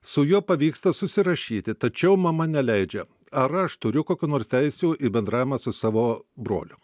su juo pavyksta susirašyti tačiau mama neleidžia ar aš turiu kokių nors teisių į bendravimą su savo broliu